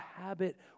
habit